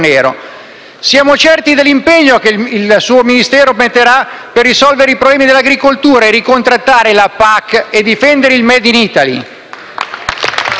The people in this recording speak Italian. Siamo certi dell'impegno che il suo Ministero metterà per risolvere i problemi dell'agricoltura, ricontrattare la PAC e difendere il *made in Italy*.